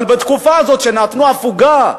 אבל בתקופה הזאת שנתנו הפוגה,